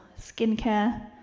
skincare